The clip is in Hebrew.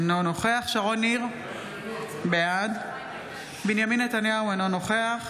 אינו נוכח שרון ניר, בעד בנימין נתניהו, אינו נוכח